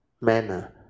manner